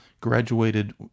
graduated